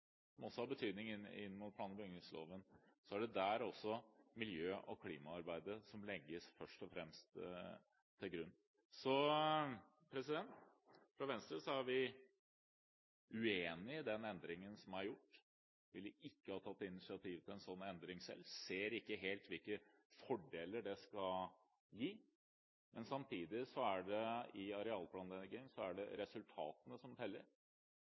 som også har betydning inn mot plan- og bygningsloven, så er det miljø- og klimaarbeidet som først og fremst legges til grunn. I Venstre er vi uenig i den endringen som er gjort, vi ville ikke ha tatt initiativ til en sånn endring selv og ser ikke helt hvilke fordeler det skal gi. Men i arealplanlegging er det resultatene som teller, og det er opp til regjeringen gjennom praktisk politikk å vise at det